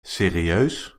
serieus